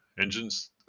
engines